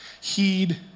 Heed